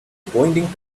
pointing